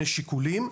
יש כל מיני שיקולים.